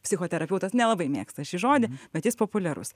psichoterapeutas nelabai mėgsta šį žodį bet jis populiarus